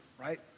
right